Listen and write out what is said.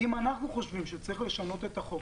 אם אנחנו חושבים שצריך לשנות את החוק,